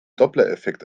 dopplereffekt